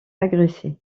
agressé